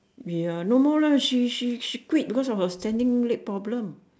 ya no more lah she she she quit because of her standing leg problem